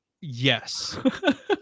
Yes